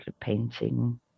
painting